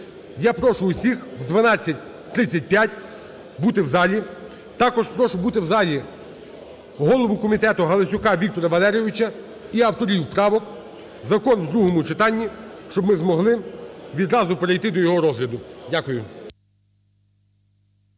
Я прошу всіх о 12:35 бути в залі. Також прошу бути в залі голову комітету Галасюка Віктора Валерійовича і авторів правок, закон в другому читанні, щоб ми змогли відразу перейти до його розгляду. Дякую.